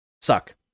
suck